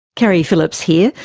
keri phillips here.